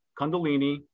kundalini